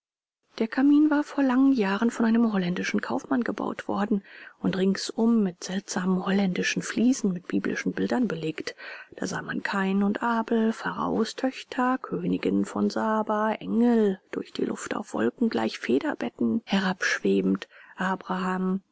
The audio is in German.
der kamin war vor langen jahren von einem holländischen kaufmann gebaut worden und ringsum mit seltsamen holländischen fliesen mit biblischen bildern belegt da sah man kain und abel pharaos töchter königinnen von saba engel durch die luft auf wolken gleich federbetten herabschwebend abraham